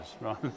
right